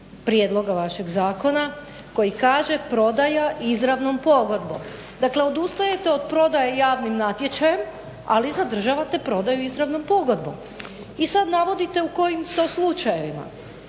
prijedloga vašega zakona koji kaže prodaja izravnom pogodbom. Dakle, odustajete od prodaje javnim natječajem, ali zadržavate prodaju izravnom pogodbom. I sad navodite u kojim to slučajevima.